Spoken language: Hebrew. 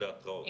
של ההתראות.